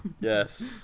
Yes